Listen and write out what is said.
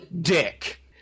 dick